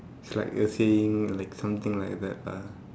it's like you're saying like something like that lah